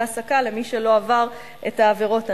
העסקה למי שלא עבר את העבירות הנ"ל.